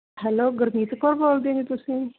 hello Gurjeet Kaur ਬੋਲਦੇ ਜੀ ਤੁਸੀਂ